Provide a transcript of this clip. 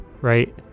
right